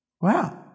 Wow